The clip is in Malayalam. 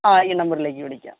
ആ ഈ നമ്പറിലേക്ക് വിളിക്കാം